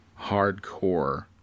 hardcore